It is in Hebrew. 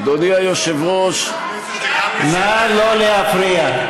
אדוני היושב-ראש, נא לא להפריע.